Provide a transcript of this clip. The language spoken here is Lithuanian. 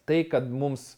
tai kad mums